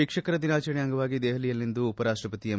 ಶಿಕ್ಷಕರ ದಿನಾಚರಣೆಯ ಅಂಗವಾಗಿ ದೆಹಲಿಯಲ್ಲಿಂದು ಉಪರಾಷ್ಟಪತಿ ಎಂ